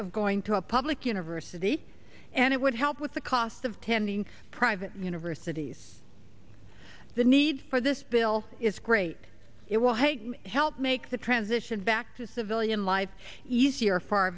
of going to a public university and it would help with the cost of tending private universities the need for this bill is great it will hey help make the transition back to civilian life easier for our